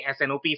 SNOP